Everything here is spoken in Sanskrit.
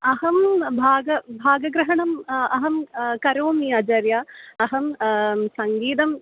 अहं भाग भागग्रहणम् अहं करोमि आचार्या अहं सङ्गीतम्